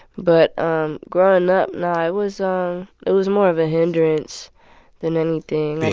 but um growing up no, it was it was more of a hindrance than anything,